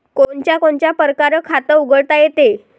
कोनच्या कोनच्या परकारं खात उघडता येते?